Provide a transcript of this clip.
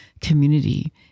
community